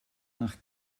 nach